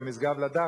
ב"משגב לדך",